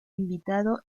invitado